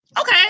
Okay